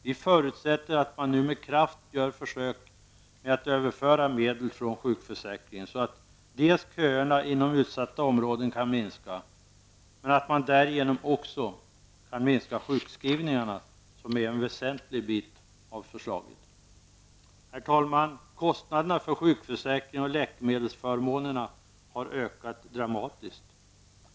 Vi förutsätter att man nu med kraft gör försök med överföring av medel från sjukförsäkringen så att köerna inom utsatta områden kan minska och att man därigenom också kan minska sjukskrivningarna, något som förslaget till stor del syftar till. Herr talman! Kostnaderna för sjukförsäkringen och läkemedelsförmånerna har ökat dramatiskt.